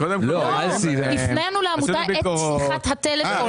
הפנינו לעמותה את שיחת הטלפון.